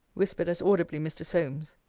whispered as audibly mr. solmes.